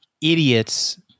idiots